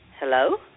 hello